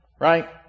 right